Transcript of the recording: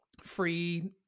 free